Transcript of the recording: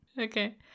Okay